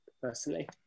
personally